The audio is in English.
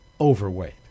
overweight